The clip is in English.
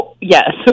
Yes